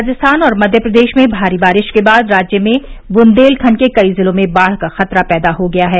राजस्थान और मध्य प्रदेश में भारी बारिश के बाद राज्य में बुन्देलखंड के कई जिलों में बाढ़ का खतरा पैदा हो गया है